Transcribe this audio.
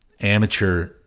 amateur